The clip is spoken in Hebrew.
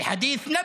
(אומר